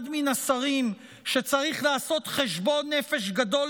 אחד מן השרים שצריכים לעשות חשבון נפש גדול